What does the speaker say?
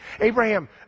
Abraham